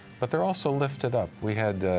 but they are also lifted up. we had